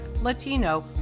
Latino